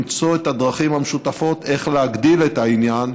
למצוא את הדרכים המשותפות איך להגדיל את העניין